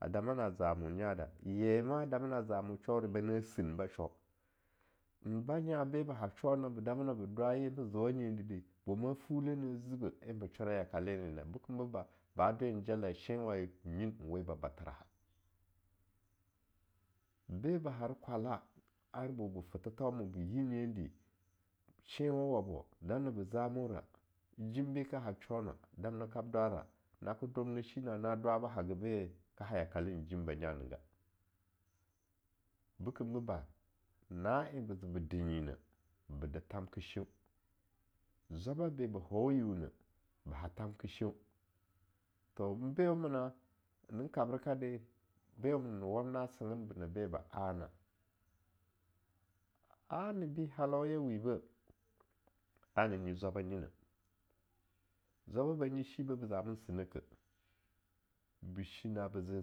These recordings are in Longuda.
A dama na zamo nya da, yema dama na zamo sho de bana sin, ba sho nbanya be ba ha sho ne ba dwaye ba zeowa nyeri ni di boma fule na zibeh enbashura yakalena bekembo ba, ba dwe enjalai shenwaye be nyin nwe ba batheraha, be ba harkwala ar bo ba fe thethauma, be yi nyedi shenwa bo damna ba zamode, jimbe ka ha she na, damna kab dwara na ke dub na shi na'a da dwabo hagabe ka hayakale njinbeh nyanega, bekemboba, na'en ba zebe dinyineh ba de thanke sheun, zwaba be ba ho yin ne ba ha thamkesheun, h en bewa mina nyina kabiekade, bewa mina na wani na sina gin ne be ben anna. L-nibi halanye wibeh ana nyi zwaba nyineh, zwaba banyi shibe be zamin sinekeh, ba shi na'a be zamin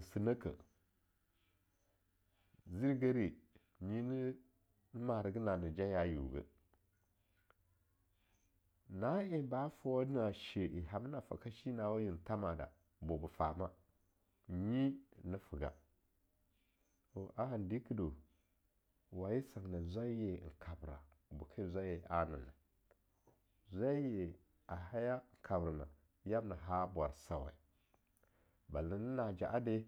sinekeh zirigeri nyi ne mare ga na'a ne ja ya yingeh, naan ba fowa na she-eh ham na to ka shi na'en thama da bo ba fama nyi na fega, a han dikeh du, waye a singgina zwaiye en kabra ke zwai yen annana? zwaiye a haya kabrena, yamn haya bwarsawe, bala na na ja'a de.